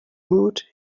mood